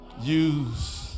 use